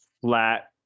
flat